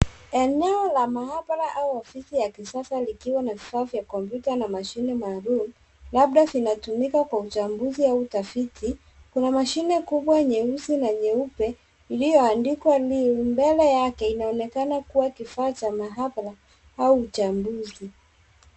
Eneo la maabara au ofisi ya kisasa likiwa na vifaa vya kompyuta na mashine maalum, labda vinatumika kwa uchambuzi au utafiti, kuna mashinie kubwa nyeusi na nyeupe iliyoandikwa new mbele yake inaonekana kuwa kifaa cha maabara au uchambuzi.